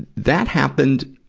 that happened,